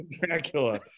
Dracula